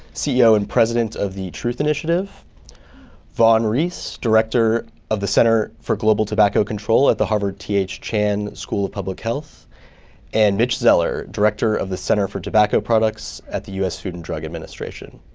ceo and president of the truth initiative vaughan rees, director of the center for global tobacco control at the harvard t h. chan school of public health and mitch zeller, director of the center for tobacco products at the us food and drug administration.